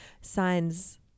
signs